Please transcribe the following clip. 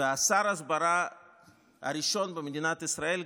ושר ההסברה הראשון במדינת ישראל,